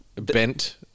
bent